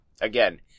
Again